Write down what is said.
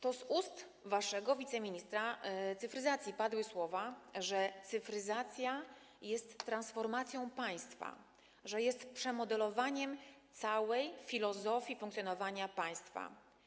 To z ust waszego wiceministra cyfryzacji padły słowa, że cyfryzacja jest transformacją państwa, że jest przemodelowaniem całej filozofii funkcjonowania państwa.